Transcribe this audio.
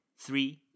three